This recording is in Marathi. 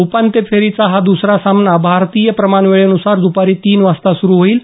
उपांत्य फेरीचा हा दुसरा सामना भारतीय प्रमाणवेळेनुसार दुपारी तीन वाजता सुरु होईल